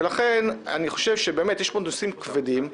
אני חושב שבאמת יש פה נושאים כבדים,